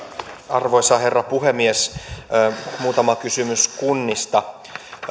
arvoisa herra puhemies muutama kysymys kunnista